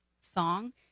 song